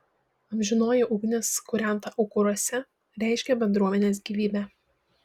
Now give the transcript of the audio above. amžinoji ugnis kūrenta aukuruose reiškė bendruomenės gyvybę